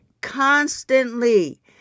constantly